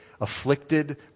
afflicted